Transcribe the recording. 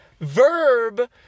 verb